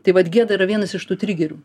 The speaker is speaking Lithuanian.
tai vat gėda yra vienas iš tų trigerių